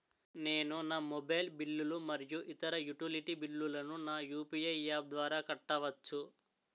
నేను నా మొబైల్ బిల్లులు మరియు ఇతర యుటిలిటీ బిల్లులను నా యు.పి.ఐ యాప్ ద్వారా కట్టవచ్చు